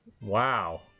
Wow